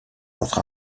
votre